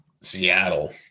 seattle